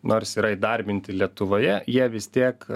nors yra įdarbinti lietuvoje jie vis tiek